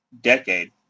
decade